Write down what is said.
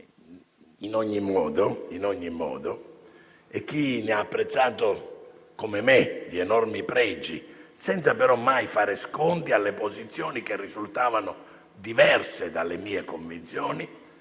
in ogni modo) e chi ne ha apprezzato, come me, gli enormi pregi, senza però mai fare sconti alle posizioni che risultavano diverse dalle mie convinzioni,